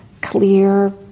clear